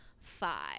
five